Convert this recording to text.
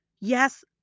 Yes